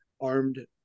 armed